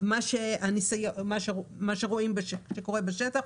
מה שקורה בשטח,